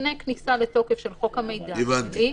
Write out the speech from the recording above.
לפני כניסה לתוקף של חוק המידע הפלילי,